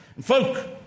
Folk